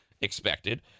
expected